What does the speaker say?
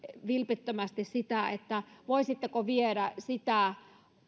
vilpittömästi sitä että voisitte viedä sitä